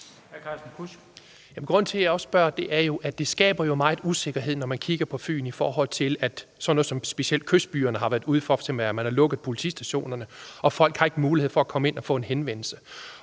Grunden til, at jeg spørger, er jo, at det skaber meget usikkerhed, når man kigger på Fyn i forhold til sådan noget, som specielt kystbyerne har været ude for, hvor man har lukket politistationerne, og folk har ikke mulighed for at komme ind og henvende sig.